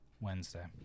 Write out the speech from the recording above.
Wednesday